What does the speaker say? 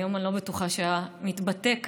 היום אני לא בטוחה שהוא היה מתבטא כך,